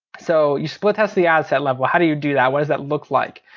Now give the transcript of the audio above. so you split test the ad set level. how do you do that? what does that look like?